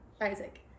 Isaac